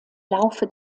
laufe